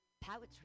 poetry